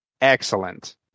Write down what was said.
excellent